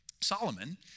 Solomon